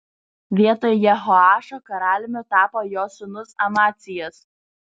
vietoj jehoašo karaliumi tapo jo sūnus amacijas